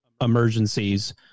emergencies